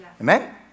Amen